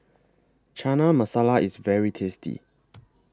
Chana Masala IS very tasty